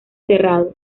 cerrado